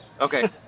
Okay